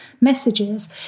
messages